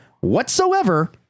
whatsoever